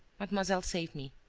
mademoiselle saved me.